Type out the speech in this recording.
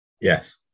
yes